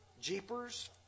jeepers